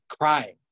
crying